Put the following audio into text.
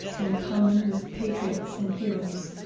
in common with patriots and heroes.